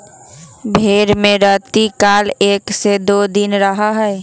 भेंड़ में रतिकाल एक से दो दिन रहा हई